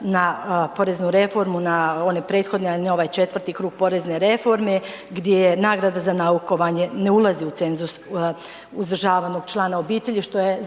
na poreznu reformu, na one prethodne, ne ovaj 4. krug porezne reforme, gdje je nagrada za naukovanje ne ulazi u cenzus uzdržavanog člana obitelji što je zasigurno